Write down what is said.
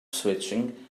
switching